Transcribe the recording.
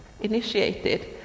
initiated